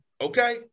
okay